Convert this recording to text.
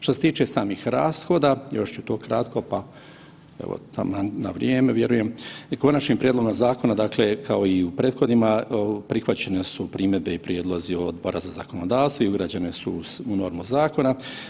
Što se tiče samih rashoda, još ću to ukratko, pa evo taman na vrijeme vjerujem, i konačnim prijedlogom zakona, dakle kao i u prethodnima, prihvaćene su primjedbe i prijedlozi Odbora za zakonodavstvo i ugrađene su u normu zakona.